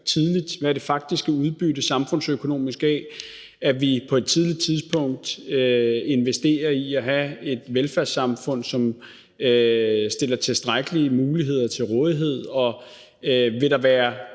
tidligt, hvad det faktiske udbytte samfundsøkonomisk er af, at vi på et tidligt tidspunkt investerer i at have et velfærdssamfund, som stiller tilstrækkelige muligheder til rådighed, og om vi